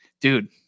dude